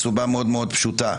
מסיבה מאוד מאוד פשוטה.